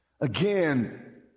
Again